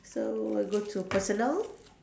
so let go to personal